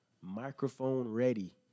microphone-ready